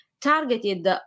Targeted